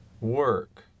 work